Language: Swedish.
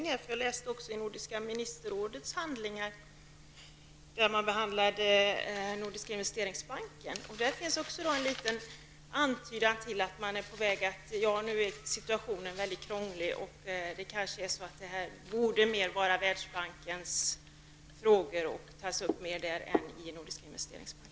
Jag har nämligen också läst vad som har skrivits i Nordiska ministerrådets handlingar angående Nordiska investeringsbanken. Också där finns en liten antydan om att situationen nu är mycket krånglig och att detta kanske borde tas upp i Världsbanken i stället för i Nordiska investeringsbanken.